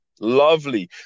Lovely